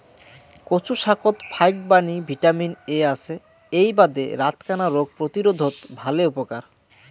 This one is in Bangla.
কচু শাকত ফাইকবাণী ভিটামিন এ আছে এ্যাই বাদে রাতকানা রোগ প্রতিরোধত ভালে উপকার